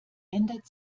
ändert